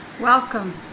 welcome